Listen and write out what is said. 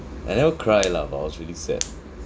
I never cry lah but I was really sad